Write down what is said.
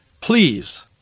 please